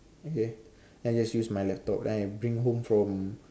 okay I just use my laptop then I bring home from